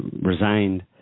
resigned